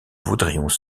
voudrions